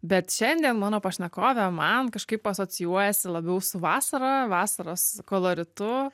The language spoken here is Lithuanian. bet šiandien mano pašnekovė man kažkaip asocijuojasi labiau su vasara vasaros koloritu